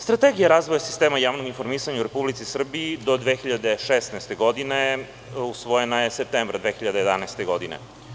Strategija razvoja sistema javnog informisanja u Republici Srbiji do 2016. godine usvojena je septembra meseca 2011. godine.